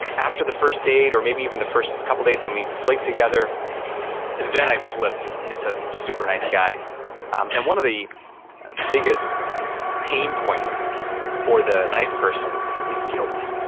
after the first date or maybe even the first couple of dates and we sleep together then i'd flip into super nice guy and one of the biggest pain points for the nice person is guilt.